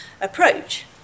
approach